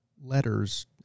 letters